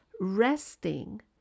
resting